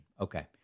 Okay